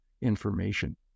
information